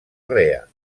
rea